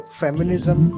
feminism